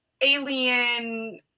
alien